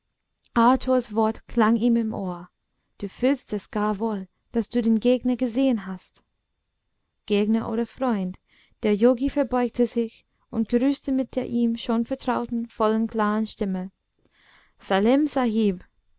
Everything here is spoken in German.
arthurs wort klang ihm im ohr du fühlst es gar wohl daß du den gegner gesehen hast gegner oder freund der yogi verbeugte sich und grüßte mit der ihm schon vertrauten vollen klaren stimme salem sahib